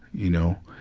you know,